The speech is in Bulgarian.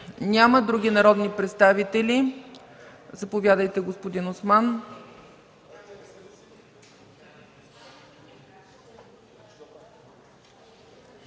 Няма. Други народни представители? Заповядайте, господин Осман.